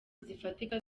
zifatika